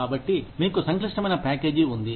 కాబట్టి మీకు సంక్లిష్టమైన ప్యాకేజీ ఉంది